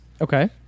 Okay